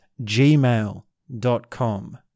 gmail.com